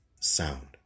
sound